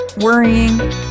worrying